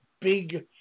big